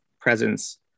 presence